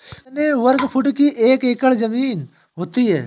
कितने वर्ग फुट की एक एकड़ ज़मीन होती है?